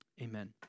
Amen